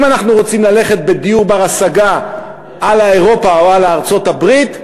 אם אנחנו רוצים ללכת בדיור בר-השגה על האירופה או על הארצות-הברית,